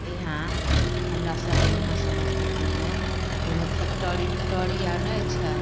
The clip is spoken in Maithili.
इहाँ हमरासभके इहाँ समस्तीपुरमे कोनो फैकटरी उकटरी आर नहि छै